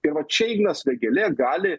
ir va čia ignas vėgėlė gali